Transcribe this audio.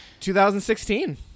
2016